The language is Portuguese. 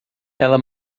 ela